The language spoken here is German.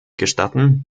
gestatten